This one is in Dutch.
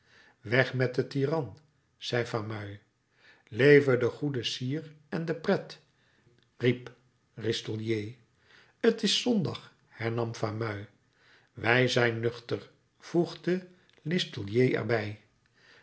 weg met den tyran zei fameuil leve bombarda bombance en bamboche riep listolier t is zondag hernam fameuil wij zijn nuchter voegde listolier er